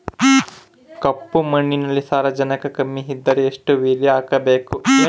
ಕಪ್ಪು ಮಣ್ಣಿನಲ್ಲಿ ಸಾರಜನಕ ಕಮ್ಮಿ ಇದ್ದರೆ ಎಷ್ಟು ಯೂರಿಯಾ ಹಾಕಬೇಕು?